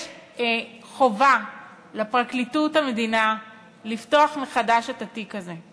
יש חובה לפרקליטות המדינה לפתוח מחדש את התיק הזה.